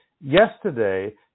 yesterday